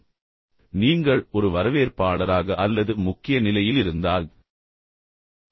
எனவே இது மீண்டும் நீங்கள் ஒரு வரவேற்பாளராக இருப்பதால் அல்லது நீங்கள் ஒரு முக்கிய நிலையில் இருப்பதால் இருக்கலாம்